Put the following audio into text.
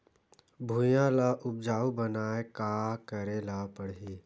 भुइयां ल उपजाऊ बनाये का करे ल पड़ही?